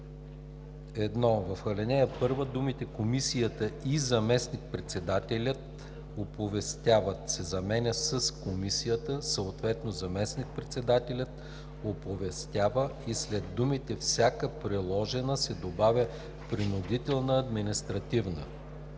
1. В ал. 1 думите „Комисията и заместник-председателят оповестяват“ се заменят с „Комисията, съответно заместник-председателят, оповестява“ и след думите „всяка приложена“ се добавя „принудителна административна“.